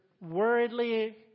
worriedly